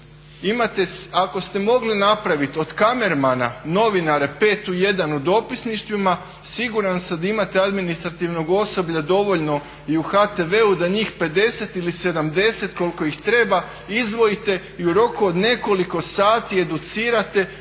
Imate, ako ste mogli napraviti od kamermana novinare 5U1 u dopisništvima siguran sam da imate administrativnog osoblja dovoljno i u HTV-u da njih 50 ili 70 koliko ih treba izdvojite i u roku od nekoliko sati educirate da